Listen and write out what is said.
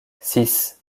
six